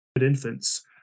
infants